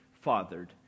fathered